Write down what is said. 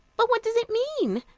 but what does it mean?